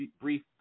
brief